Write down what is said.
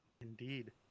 Indeed